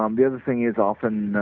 um the other thing is often,